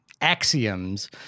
axioms